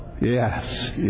Yes